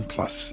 Plus